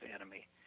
enemy